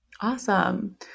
awesome